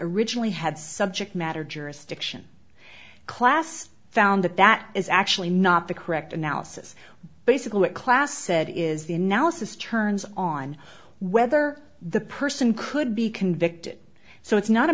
originally had subject matter jurisdiction class found that that is actually not the correct analysis basically what class said is the analysis turns on whether the person could be convicted so it's not a